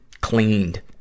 cleaned